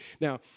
Now